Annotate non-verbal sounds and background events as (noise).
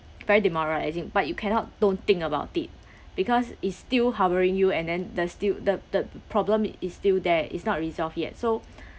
very demoralising but you cannot don't think about it because it's still hovering you and then the still the the problem is still there it's not resolved yet so (breath)